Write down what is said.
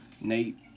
Nate